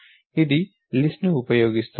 ఇది లిస్ట్ ను ఉపయోగిస్తోంది